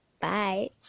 Bye